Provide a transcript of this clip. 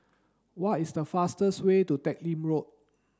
what is the fastest way to Teck Lim Road